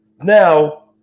Now